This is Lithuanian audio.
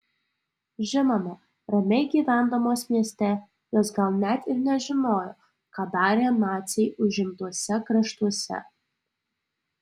žinoma ramiai gyvendamos mieste jos gal net ir nežinojo ką darė naciai užimtuose kraštuose